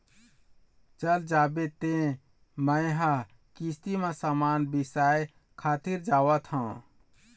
चल जाबे तें मेंहा किस्ती म समान बिसाय खातिर जावत हँव